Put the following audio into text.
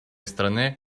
страны